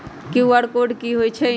QR code कि हई छई?